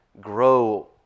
grow